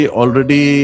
already